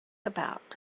about